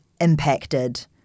impacted